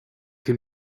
can